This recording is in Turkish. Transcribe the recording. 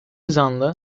zanlı